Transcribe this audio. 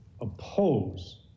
oppose